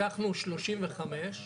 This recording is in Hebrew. לקחנו בחשבון שלושים וחמש,